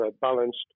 balanced